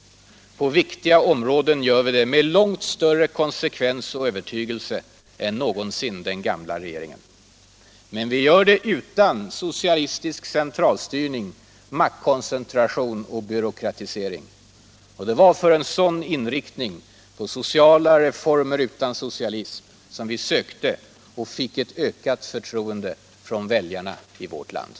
På viktiga områden gör vi det med långt större konsekvens och övertygelse än någonsin den gamla regeringen. Men vi gör det utan socialistisk centralstyrning, maktkoncentration och byråkratisering. Det var för en sådan inriktning på sociala reformer utan socialism som folkpartiet sökte och fick väljarnas förtroende.